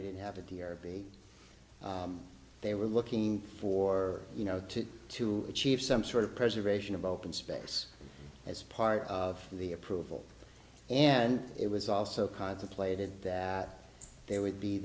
we didn't have to be they were looking for you know to to achieve some sort of preservation of open space as part of the approval and it was also contemplated that there would be